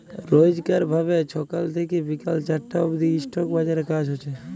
রইজকার ভাবে ছকাল থ্যাইকে বিকাল চারটা অব্দি ইস্টক বাজারে কাজ হছে